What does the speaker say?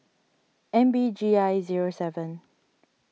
M B G I zero seven